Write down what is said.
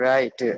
Right